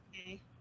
Okay